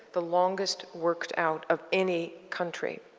the longest worked out of any country.